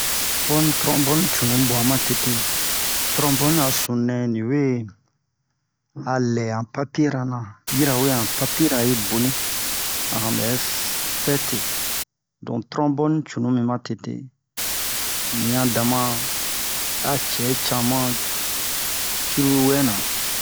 Tronboni tronboni cunu bwa ma tete tronboni a sunu nɛ ni we a lɛ'a papiera na yirawe a han papiera yi boni a han bɛ fɛte don tronboni cunu mi ma tete ni yan dama a cɛ cama cruru wɛ na